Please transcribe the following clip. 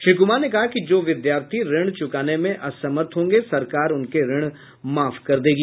श्री कुमार ने कहा कि जो विद्यार्थी ऋण चुकाने में असमर्थ होंगे सरकार उनके ऋण माफ कर देगी